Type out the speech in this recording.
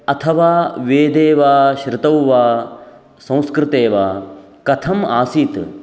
अथवा वेदे वा श्रुतौ वा संस्कृते वा कथम् आसीत्